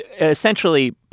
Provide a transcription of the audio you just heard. essentially